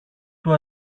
του